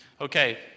Okay